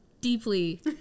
deeply